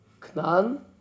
Knan